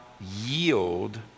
yield